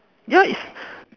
ya it's